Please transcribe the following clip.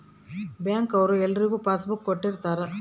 bank ಅವ್ರು ಎಲ್ರಿಗೂ passbook ಕೊಟ್ಟಿರ್ತರ